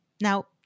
Now